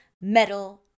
metal